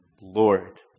Lord